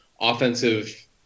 offensive